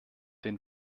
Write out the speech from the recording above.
den